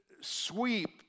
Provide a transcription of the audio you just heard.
sweep